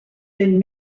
been